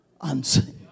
unseen